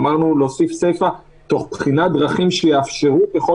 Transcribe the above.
אמרנו להוסיף סיפה: תוך בחינת דרכים שיאפשרו ככל